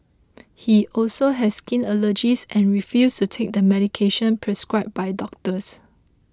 he also has skin allergies and refuses to take the medication prescribed by doctors